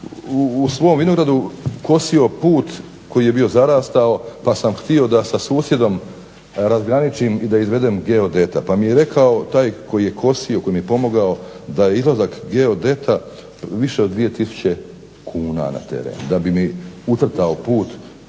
u svom vinogradu kosio put koji je bio zarastao pa sam htio da sa susjedom razgraničim i da izvedem geodeta pa mi je rekao taj koji je kosio, koji mi je pomogao, da je izlazak geodeta više od 2000 kuna na teren da bi mi ucrtao put.